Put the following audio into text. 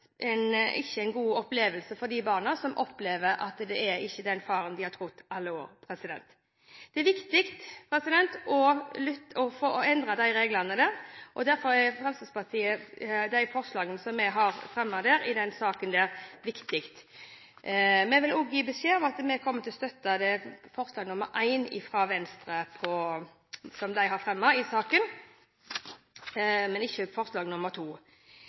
god opplevelse for de barna som opplever at den de i alle år har trodd var faren, ikke var det. Det er viktig å få endret disse reglene. Derfor er de forslagene som Fremskrittspartiet fremmet i den saken, viktige. Vi vil også gi beskjed om at vi kommer til å støtte forslag nr. 2, fra Venstre, som de har fremmet i sak nr. 7, men ikke forslag